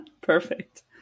Perfect